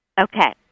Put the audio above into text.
okay